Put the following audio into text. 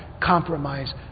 compromise